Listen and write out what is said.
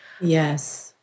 Yes